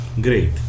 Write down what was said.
Great